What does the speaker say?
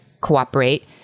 cooperate